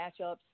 matchups